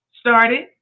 started